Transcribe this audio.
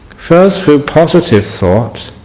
first through positive thoughts